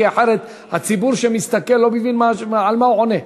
כי אחרת הציבור שמסתכל לא מבין על מה הוא עונה.